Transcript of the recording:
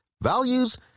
values